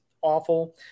awful